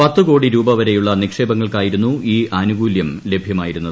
പത്ത് കോടി രൂപവരെയുള്ള നിക്ഷേപങ്ങൾക്കായിരുന്നു ഈ ആനുകൂല്യം ലഭ്യമായിരുന്നത്